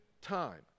time